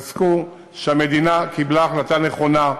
שהמדינה קיבלה החלטה נכונה,